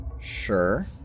Sure